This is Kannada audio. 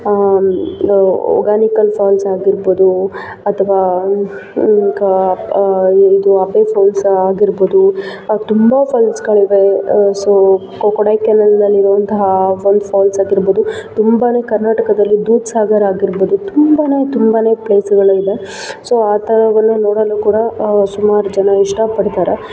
ಹೊಗಾನಿಕಲ್ ಫಾಲ್ಸ್ ಆಗಿರ್ಬೋದು ಅಥವಾ ಕ ಇದು ಅಬ್ಬೆ ಫಾಲ್ಸ್ ಆಗಿರ್ಬೋದು ತುಂಬ ಫಾಲ್ಸ್ಗಳಿವೆ ಸೊ ಕೊ ಕೊಡೈಕೆನಲ್ನಲ್ಲಿರುವಂತಹ ಒಂದು ಫಾಲ್ಸ್ ಆಗಿರ್ಬೋದು ತುಂಬ ಕರ್ನಾಟಕದಲ್ಲಿ ದೂದ್ ಸಾಗರ್ ಆಗಿರ್ಬೋದು ತುಂಬ ತುಂಬ ಪ್ಲೇಸ್ಗಳು ಇದೆ ಸೊ ಆ ಥರವನ್ನು ನೋಡಲು ಕೂಡ ಸುಮಾರು ಜನ ಇಷ್ಟಪಡ್ತಾರೆ